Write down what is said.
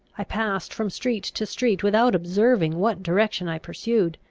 i passed from street to street without observing what direction i pursued.